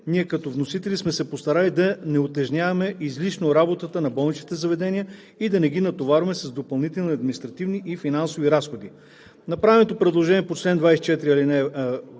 ние като вносители сме се постарали да не утежняваме излишно работата на болничните заведения и да не ги натоварваме с допълнителни административни и финансови разходи. Направеното предложение по чл. 24в от